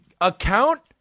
account